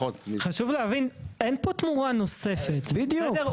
חשוב להבין, אין פה תמורה נוספת, בסדר?